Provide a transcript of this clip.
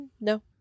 No